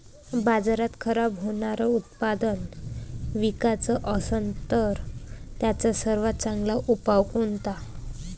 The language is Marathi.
बाजारात खराब होनारं उत्पादन विकाच असन तर त्याचा सर्वात चांगला उपाव कोनता?